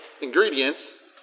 ingredients